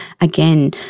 again